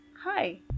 Hi